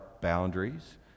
boundaries